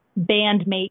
bandmate